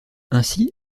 ainsi